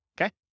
okay